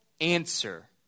answer